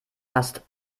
hast